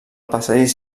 passadís